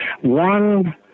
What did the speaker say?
one